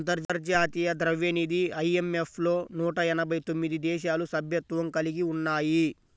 అంతర్జాతీయ ద్రవ్యనిధి ఐ.ఎం.ఎఫ్ లో నూట ఎనభై తొమ్మిది దేశాలు సభ్యత్వం కలిగి ఉన్నాయి